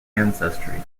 ancestry